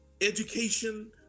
education